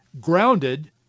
grounded